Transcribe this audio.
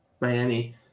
Miami